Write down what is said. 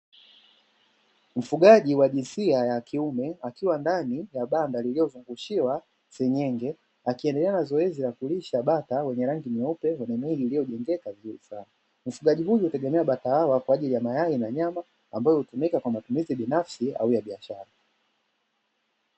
Mfugaji wa jinsia ya kiume akiwa ndani ya banda lililozungushiwa senyenge, akiendelea na zoezi la kulisha bata wenye rangi nyeupe wenye miili iliyojengeka vizuri. Mfugaji huyu hutegemea bata hawa kwa ajili ya mayai na nyama ambayo hutumika kwa matumizi binafsi au ya biashara.